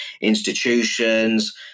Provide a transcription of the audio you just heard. institutions